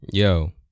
Yo